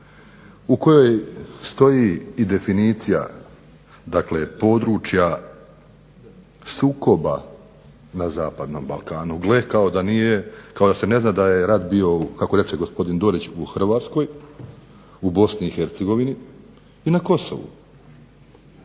u kojoj stoji i definicija dakle područja sukoba na zapadnom Balkanu, gle kao da se ne zna da je rat bio kako reče gospodin Dorić u Hrvatskoj, u Bosni i Hercegovini i na Kosovu.